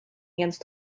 against